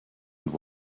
and